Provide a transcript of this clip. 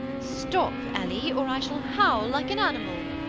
stop, ellie or i shall howl like an animal.